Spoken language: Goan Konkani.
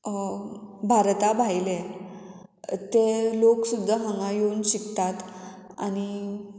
भारता भायले ते लोक सुद्दां हांगा येवन शिकतात आनी